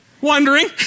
Wondering